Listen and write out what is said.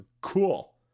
Cool